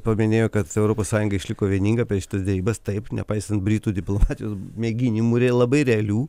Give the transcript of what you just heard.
paminėjo kad europos sąjunga išliko vieninga prieš šitas derybas taip nepaisant britų diplomatijos mėginimų ir labai realių